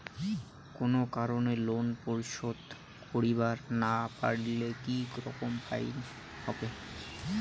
কোনো কারণে লোন পরিশোধ করিবার না পারিলে কি রকম ফাইন হবে?